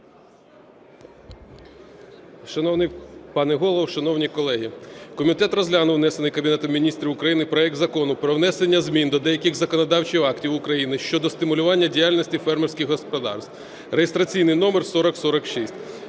Шановний пане Голово, шановні колеги! Комітет розглянув внесений Кабінетом Міністрів України проект Закону про внесення змін до деяких законодавчих актів України щодо стимулювання діяльності фермерських господарств (реєстраційний номер 4046).